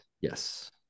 Yes